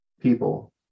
people